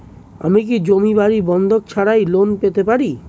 আমি কি জমি বাড়ি বন্ধক ছাড়াই লোন পেতে পারি?